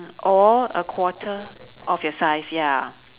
or a quarter of your size ya